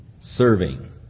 serving